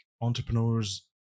entrepreneurs